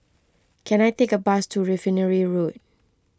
can I take a bus to Refinery Road